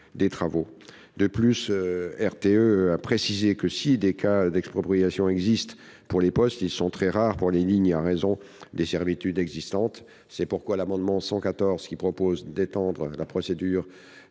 de plus précisé que, si des cas d'expropriation existent pour les postes, ils sont très rares pour les lignes, en raison des servitudes existantes. C'est pourquoi l'amendement n° 114, dont l'objet est d'étendre la procédure